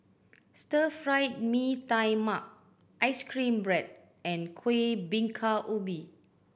Stir Fried Mee Tai Mak ice cream bread and Kuih Bingka Ubi